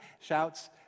shouts